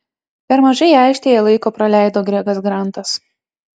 per mažai aikštėje laiko praleido gregas grantas